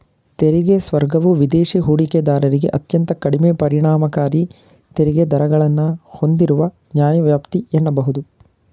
ತೆರಿಗೆ ಸ್ವರ್ಗವು ವಿದೇಶಿ ಹೂಡಿಕೆದಾರರಿಗೆ ಅತ್ಯಂತ ಕಡಿಮೆ ಪರಿಣಾಮಕಾರಿ ತೆರಿಗೆ ದರಗಳನ್ನ ಹೂಂದಿರುವ ನ್ಯಾಯವ್ಯಾಪ್ತಿ ಎನ್ನಬಹುದು